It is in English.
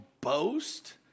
boast